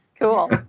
cool